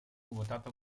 votato